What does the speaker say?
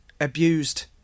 abused